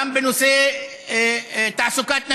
גם בנושא תעסוקת נשים,